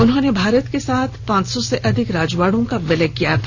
उन्होंने भारंत के साथ पांच सौ से अधिक रजवाड़ों का विलय कराया था